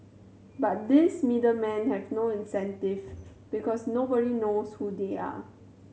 but these middle men have no incentive because nobody knows who they are